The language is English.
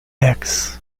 eggs